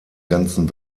ganzen